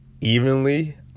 evenly